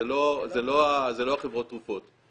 זה לא חברות התרופות,